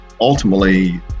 ultimately